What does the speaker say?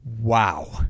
wow